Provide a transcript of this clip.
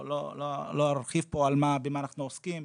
לא ארחיב פה במה אנחנו עוסקים,